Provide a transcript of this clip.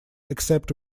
except